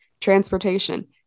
transportation